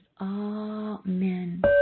Amen